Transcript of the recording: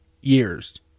years